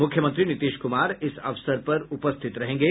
मुख्यमंत्री नीतीश कुमार इस अवसर पर उपस्थित रहेंगे